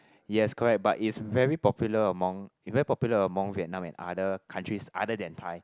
yes correct but it's very popular among very popular among Vietnam and other countries other than Thai